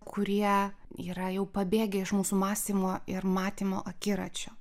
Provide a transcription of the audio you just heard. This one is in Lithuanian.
kurie yra jau pabėgę iš mūsų mąstymo ir matymo akiračio